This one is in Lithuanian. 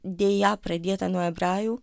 deja pradėta nuo hebrajų